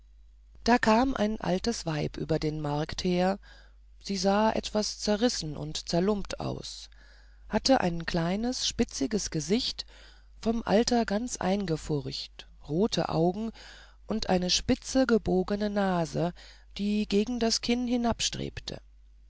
da kam ein altes weib über den markt her sie sah etwas zerrissen und zerlumpt aus hatte ein kleines spitziges gesicht vom alter ganz eingefurcht rote augen und eine spitzige gebogene nase die gegen das kinn